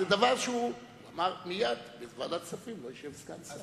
הוא אמר מייד: בוועדת הכספים לא ישב סגן שר.